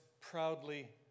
proudly